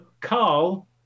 Carl